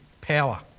power